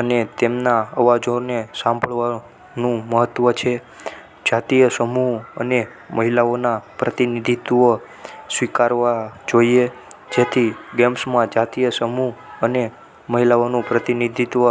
અને તેમના અવાજોને સાંભળવાનું મહત્ત્વ છે જાતીય સમૂહ અને મહિલાઓના પ્રતિનિધિત્વ સ્વીકારવા જોઈએ જેથી ગેમ્સમાં જાતીય સમૂહ અને મહિલાઓનું પ્રતિનિધિત્વ